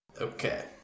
Okay